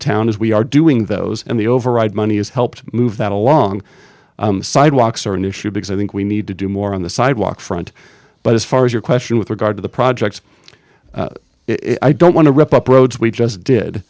town as we are doing those and the override money has helped move that along sidewalks are an issue because i think we need to do more on the sidewalk front but as far as your question with regard to the projects i don't want to rip up roads we just did